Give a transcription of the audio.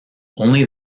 only